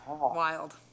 Wild